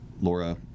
Laura